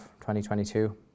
2022